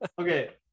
Okay